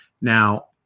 Now